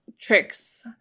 tricks